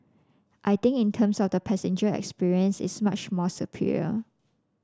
I think in terms of the passenger experience it's much more superior